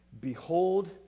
Behold